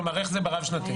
כלומר איך זה ברב שנתי?